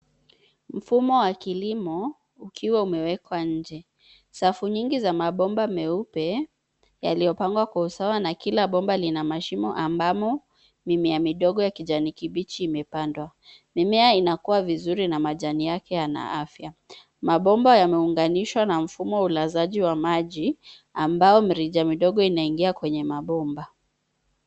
Mfumo wa kilimo ukiwa umewekwa nje. Safu nyingi za mabomba meupe yaliyopangwa kwa usawa na kila bomba lina mashimo ambamo mimea midogo ya kijani kibichi yamepandwa. Mimea inakuwa vizuri na majani yake yana afya. Mabomba yameunganishwa na mfumo wa ulazaji wa maji ambao mirija midogo inaingia kwenye mabomba.